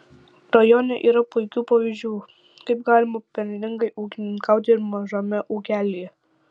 rajone yra puikių pavyzdžių kaip galima pelningai ūkininkauti ir mažame ūkelyje